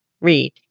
read